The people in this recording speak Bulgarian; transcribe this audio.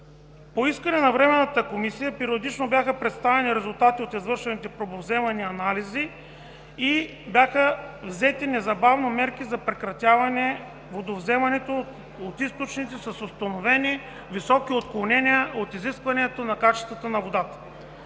По искане на Временната комисия периодично бяха представяни резултати от извършените пробовземания и анализи, и бяха взети незабавно мерки за прекратяване водовземането от източници с установени високи отклонения от изискванията за качеството на водата.